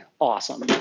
awesome